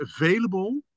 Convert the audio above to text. available